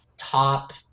top